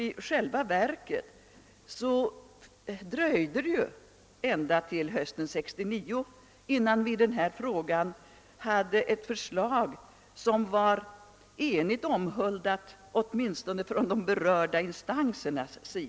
I själva verket dröjde det ju ända till hösten 1969, innan vi i denna fråga hade ett förslag som enigt omhuldades av åtminstone de berörda instanserna.